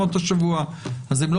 עובדים רק חלק מימות השבוע אז הם לא